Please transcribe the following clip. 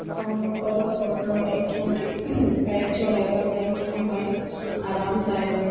ଆପଣଙ୍କର ସ୍ୱପ୍ନ ବାଇକ୍ କେଉଁଟି ବାଇକ୍ ଚଳାଇବା ପାଇଁ କେଉଁ ବାଇକ୍ ଆରାମଦାୟକ